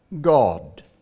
God